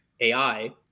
AI